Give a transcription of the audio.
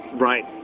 Right